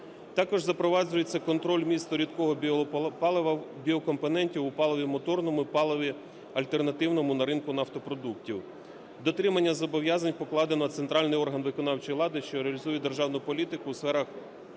Також запроваджується контроль місту рідкого біопалива в біокомпоненті у паливі моторному і паливі альтернативному на ринку нафтопродуктів. Дотримання зобов'язань покладено на центральний орган виконавчої влади, що реалізує державну політику в сферах